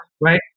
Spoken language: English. right